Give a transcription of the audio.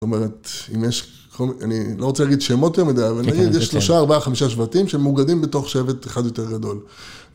זאת אומרת, אם יש, בכל מק.. , אני לא רוצה להגיד שמות יותר מדי, אבל נגיד יש 3, 4, 5 שבטים שמאוגדים בתוך שבט אחד יותר גדול.